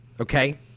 okay